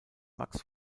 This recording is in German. max